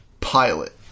Pilot